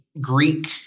Greek